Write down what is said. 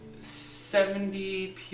seventy